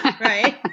right